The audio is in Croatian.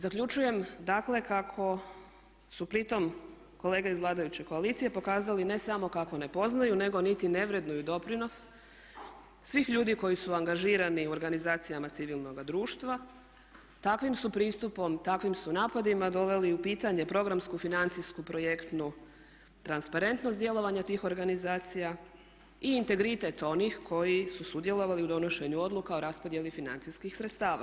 Zaključujem dakle kako su pritom kolege iz vladajuće koalicije pokazali ne samo kako ne poznaju nego niti ne vrednuju doprinos svih ljudi koji su angažiran u organizacijama civilnoga društva, takvim su pristupom, takvim su napadima doveli u pitanje programsku, financijsku, projektnu transparentnost djelovanja tih organizacija i integritet onih koji su sudjelovali u donošenju odluka u raspodjeli financijskih sredstava.